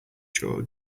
your